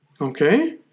Okay